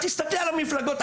אני מדבר על לפני שנת 2013,